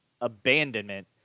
abandonment